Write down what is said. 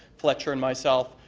fletcher and myself.